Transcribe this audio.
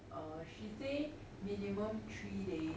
err she say minimum three days